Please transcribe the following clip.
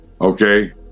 Okay